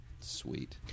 Sweet